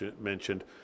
mentioned